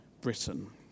Britain